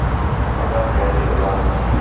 मटर कैसे उगाएं?